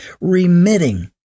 remitting